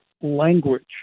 language